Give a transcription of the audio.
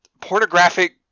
Pornographic